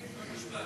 כל משפט.